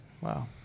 Wow